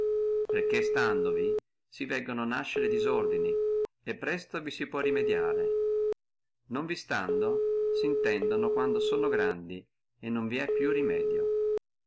tenessi perché standovi si veggono nascere e disordini e presto vi puoi rimediare non vi stando sintendono quando sono grandi e non vi è più remedio